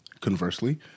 conversely